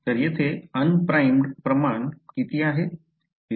तर येथे un primed प्रमाण किती आहे